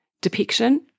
depiction